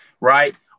right